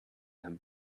him